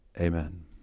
Amen